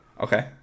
Okay